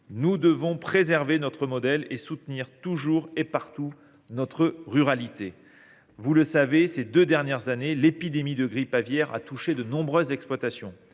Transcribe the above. Nous devons préserver notre modèle et soutenir toujours et partout notre ruralité. Vous le savez, au cours des deux dernières années, l’épidémie de grippe aviaire a touché de nombreuses exploitations.